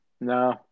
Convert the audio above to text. No